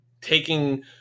taking